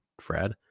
Fred